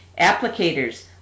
Applicators